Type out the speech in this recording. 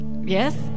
yes